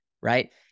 right